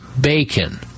bacon